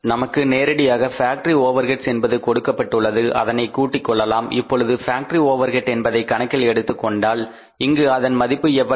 நமக்கு நேரடியாக factory overhead என்பது கொடுக்கப்பட்டுள்ளது அதனை கூட்டிக் கொள்ளவும் இப்பொழுது ஃபேக்டரி ஓவர் ஹெட் என்பதை கணக்கில் எடுத்துக் கொண்டால் இங்கு அதன் மதிப்பு எவ்வளவு